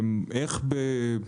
איך תוך